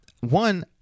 one